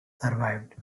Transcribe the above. survived